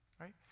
right